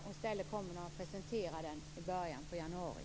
Man kommer i stället att presentera den i början av januari.